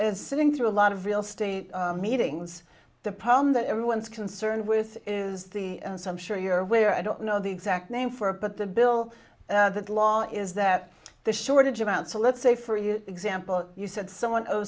as sitting through a lot of real state meetings the problem that everyone's concerned with is the some sure you're aware i don't know the exact name for it but the bill that law is that the shortage amounts to let's say for you example you said someone o